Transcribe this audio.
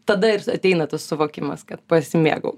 tada ir ateina tas suvokimas kad pasimėgauk